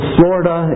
Florida